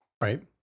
Right